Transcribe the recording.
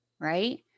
right